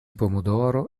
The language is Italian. pomodoro